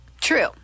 True